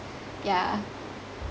yeah